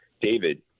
david